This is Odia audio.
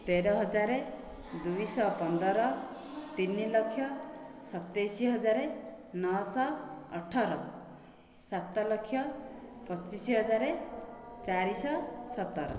ତେର ହଜାର ଦୁଇଶହ ପନ୍ଦର ତିନିଲକ୍ଷ ସତେଇଶ ହଜାର ନଅଶହ ଅଠର ସାତଲକ୍ଷ ପଚିଶ ହଜାର ଚାରିଶହ ସତର